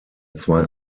zwei